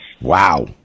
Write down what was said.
Wow